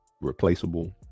replaceable